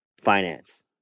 finance